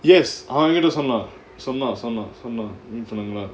yes அவன் எங்கிட்ட சொன்னான் சொன்னான் சொன்னான் சொன்னான்:avan enkita sonnaan sonnaan sonnaan sonnaan